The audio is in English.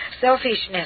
Selfishness